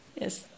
Yes